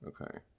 Okay